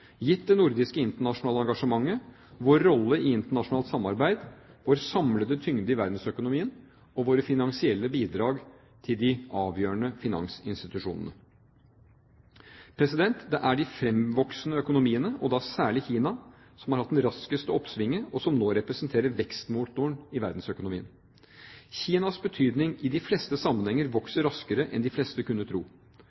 gitt det nordiske internasjonale engasjementet, vår rolle i internasjonalt samarbeid, vår samlede tyngde i verdensøkonomien og våre finansielle bidrag til de avgjørende finansinstitusjonene. Det er de fremvoksende økonomiene – og da særlig Kina – som har hatt det raskeste oppsvinget, og som nå representerer vekstmotoren i verdensøkonomien. Kinas betydning i de fleste sammenhenger